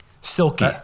silky